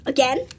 Again